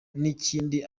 n’ikindi